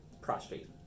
prostrate